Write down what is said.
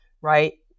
right